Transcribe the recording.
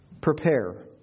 prepare